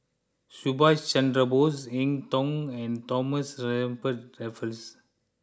Subhas Chandra Bose Eng Tow and Thomas Stamford Raffles